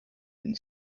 den